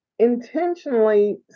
intentionally